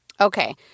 Okay